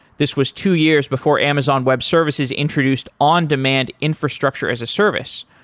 this was two years before amazon web services introduced on demand infrastructure as a service,